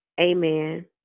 Amen